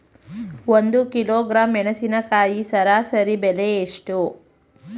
ಒಂದು ಕಿಲೋಗ್ರಾಂ ಮೆಣಸಿನಕಾಯಿ ಸರಾಸರಿ ಬೆಲೆ ಎಷ್ಟು?